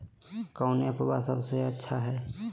कौन एप्पबा सबसे अच्छा हय?